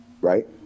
right